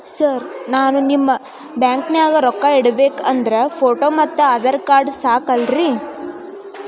Sir ನಾನು ನಿಮ್ಮ ಬ್ಯಾಂಕನಾಗ ರೊಕ್ಕ ಇಡಬೇಕು ಅಂದ್ರೇ ಫೋಟೋ ಮತ್ತು ಆಧಾರ್ ಕಾರ್ಡ್ ಸಾಕ ಅಲ್ಲರೇ?